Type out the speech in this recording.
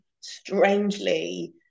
strangely